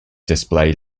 display